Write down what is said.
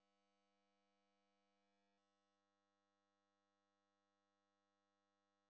ভারত দেশের যে টাকা সামলাবার সরকারি বিভাগ থাকতিছে